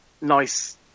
nice